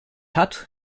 hat